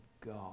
God